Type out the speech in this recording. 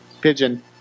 Pigeon